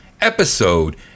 episode